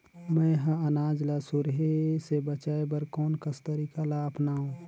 मैं ह अनाज ला सुरही से बचाये बर कोन कस तरीका ला अपनाव?